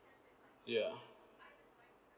ya